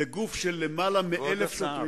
זה גוף של יותר מ-1,000 שוטרים,